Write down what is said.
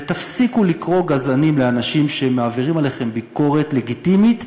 ותפסיקו לקרוא גזענים לאנשים שמעבירים עליכם ביקורת לגיטימית,